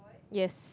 yes